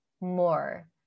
more